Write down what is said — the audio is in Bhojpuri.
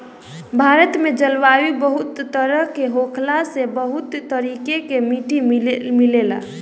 भारत में जलवायु बहुत तरेह के होखला से बहुत तरीका के माटी मिलेला